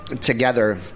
together